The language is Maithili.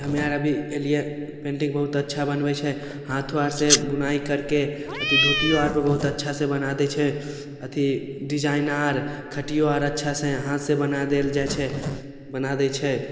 हम्मेआर अभी अयलियै पेन्टिंग बहुत अच्छा बनबय छै हाँथो आरसँ बुनाइ करके अथी धोतियो आरपर बहुत अच्छासँ बना दै छै अथी डिजाइन आर खटियो आर अच्छासँ हाथसँ बना देल जाइ छै बना दै छै